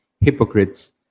hypocrites